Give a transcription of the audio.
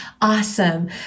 awesome